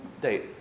date